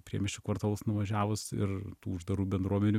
priemiesčių kvartalus nuvažiavus ir tų uždarų bendruomenių